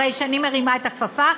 הרי שאני מרימה את הכפפה.